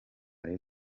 rayon